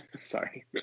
sorry